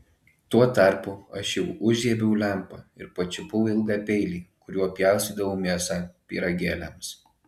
tuo tarpu aš jau užžiebiau lempą ir pačiupau ilgą peilį kuriuo pjaustydavau mėsą pyragėliams